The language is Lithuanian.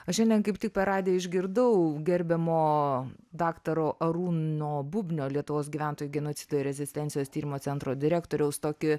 aš šiandien kaip tik per radiją išgirdau gerbiamo daktaro arūno bubnio lietuvos gyventojų genocido ir rezistencijos tyrimo centro direktoriaus tokį